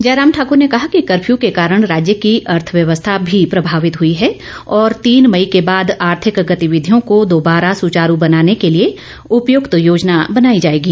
जयराम ठाकुर ने कहा कि कफ्यू के कारण राज्य की अर्थव्यवस्था भी प्रमावित हुई है और तीन मई के बाद आर्थिक गतिविधियों को दोबारा सुचारू बनाने के लिए उपयुक्त योजना बनाई जाएगी